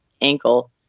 ankle